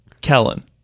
Kellen